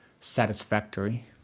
satisfactory